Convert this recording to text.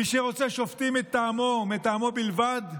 מי שרוצה שופטים מטעמו, ומטעמו בלבד,